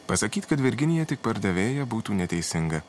pasakyt kad virginija tik pardavėja būtų neteisinga